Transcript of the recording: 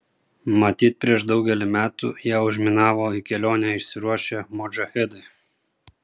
matyt prieš daugelį metų ją užminavo į kelionę išsiruošę modžahedai